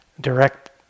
direct